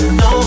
no